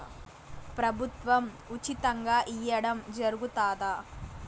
ప్రభుత్వం ఉచితంగా ఇయ్యడం జరుగుతాదా?